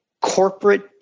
corporate